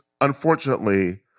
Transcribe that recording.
unfortunately